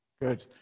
Good